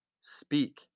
Speak